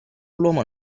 l’uomo